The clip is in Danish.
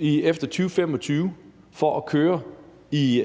efter 2025 for at køre i